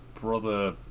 brother